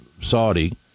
Saudi